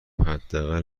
حداقل